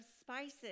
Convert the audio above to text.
spices